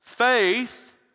Faith